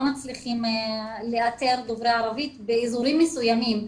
מצליחים לאתר דוברי ערבית באזורים מסוימים.